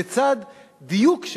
לצד דיוק,